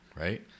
right